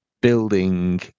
building